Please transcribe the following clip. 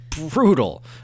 brutal